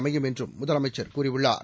அமையும் என்றும் முதலமைச்சர் கூறியுள்ளார்